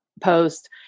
post